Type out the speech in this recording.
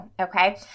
okay